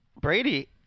Brady